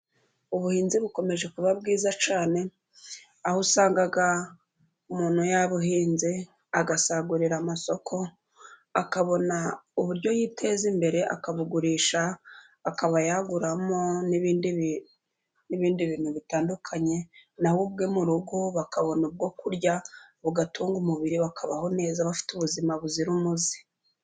Ubuhinzi bukomeje kuba bwiza cyane aho usanga umuntu yabuhinze agasagurira amasoko akabona uburyo yiteza imbere akabugurisha akaba yaguramo n'ibindi bintu bitandukanye, nawe ubwe mu rugo bakabona ubwo kurya bugatunga umubiri bakabaho neza bafite ubuzima buzira umuze.